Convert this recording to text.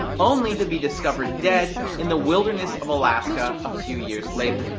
only to be discovered dead in the wilderness of alaska a few years later.